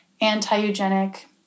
anti-eugenic